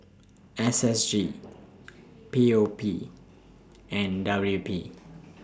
S S G P O P and W P